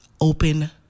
open